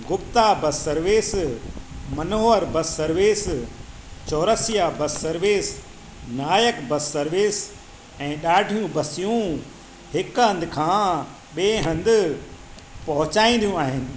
गुप्ता बसि सर्विस मनोहर बसि सर्विस चौरसिया बसि सर्विस नायक बसि सर्विस ऐं ॾाढियूं बसियूं हिकु हंध खां ॿिए हंधु पहुचाईंदियूं आहिनि